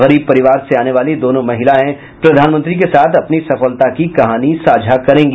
गरीब परिवार से आने वाली दोनों महिलाएं प्रधानमंत्री के साथ अपनी सफलता की कहानी साझा करेंगी